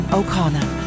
O'Connor